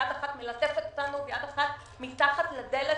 יד אחת מלטפת אותנו ויד אחת מתחת לדלת